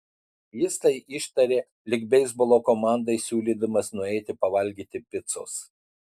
jis tai ištarė lyg beisbolo komandai siūlydamas nueiti pavalgyti picos